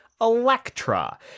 electra